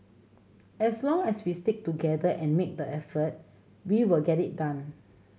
as long as we stick together and make the effort we will get it done